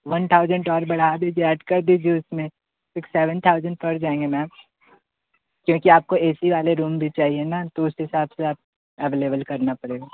one thousand और बढ़ा दीजिए ऐड कर दीजिए उस में फिर सेवन थाउजेंट पर जाएंगे मैम क्योंकि आप को इसी वाले रूम भी चाहिए ना तो उस हिसाब से अवेलेबल करना पड़ेगा